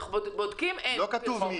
אני יושב-ראש